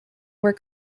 were